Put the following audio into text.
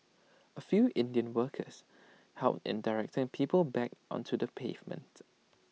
A few Indian workers helped in directing people back onto the pavement